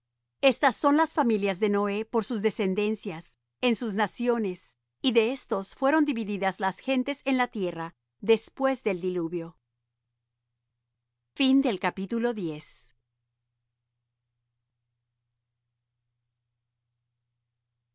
estas son las familias de noé por sus descendencias en sus naciones y de éstos fueron divididas las gentes en la tierra después del diluvio era